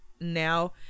now